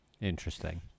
interesting